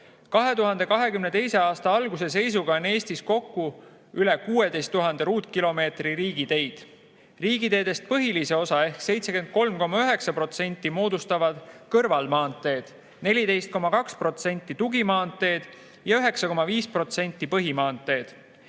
2022. aasta alguse seisuga oli Eestis kokku üle 16 000 ruutkilomeetri riigiteid. Riigiteedest põhilise osa ehk 73,9% moodustasid kõrvalmaanteed, 14,2% tugimaanteed ja 9,5% põhimaanteed.